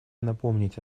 напомнить